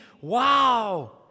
wow